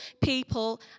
people